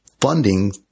funding